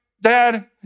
Dad